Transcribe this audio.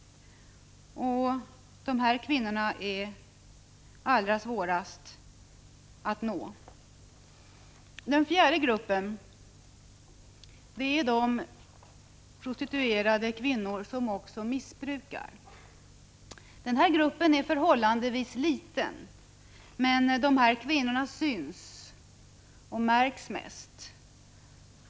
De är allra svårast att nå. I den fjärde gruppen återfinns de prostituerade kvinnor som också är missbrukare. Denna grupp är förhållandevis liten, men dessa prostituerade är de som syns och märks mest.